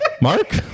Mark